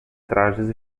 trajes